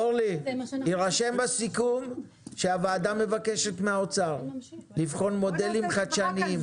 יירשם בסיכום שהוועדה מבקשת מן האוצר לבחון מודלים חדשניים